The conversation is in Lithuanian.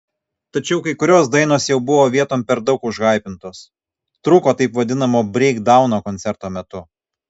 tačiau kai kurios dainos jau buvo vietom per daug užhaipintos trūko taip vadinamo breikdauno koncerto metu